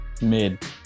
Mid